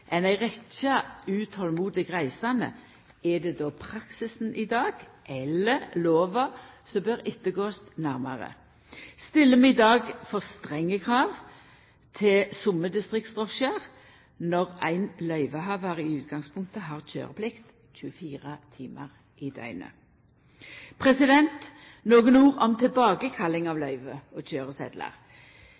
ei rekkje utolmodige reisande, er det då praksisen i dag eller lova som bør vurderast nærmare? Stiller vi i dag for strenge krav til somme distriktsdrosjar når ein løyvehavar i utgangspunktet har køyreplikt 24 timar i døgeret? Nokre ord om tilbakekalling av løyve og